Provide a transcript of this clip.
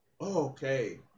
Okay